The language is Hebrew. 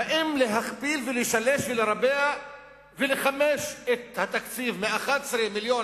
האם להכפיל ולשלש ולרבע ולחמש את התקציב מ-11 מיליון